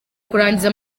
kurangiza